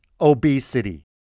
obesity